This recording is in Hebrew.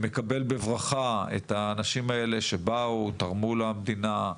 מקבל בברכה את האנשים האלה שבאו, תרמו למדינה,